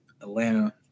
Atlanta